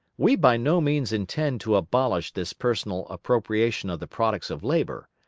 we by no means intend to abolish this personal appropriation of the products of labour,